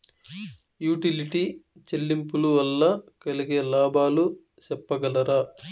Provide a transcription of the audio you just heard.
Utility చెల్లింపులు వల్ల కలిగే లాభాలు సెప్పగలరా?